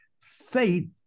faith